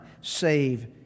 save